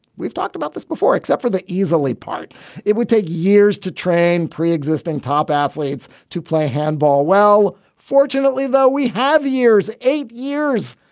we've talked about this before, except for the easily part it would take years to train pre-existing top athletes to play handball. well, fortunately, though, we have years, eight years.